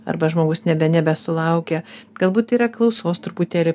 arba žmogus nebe nebesulaukia galbūt yra klausos truputėlį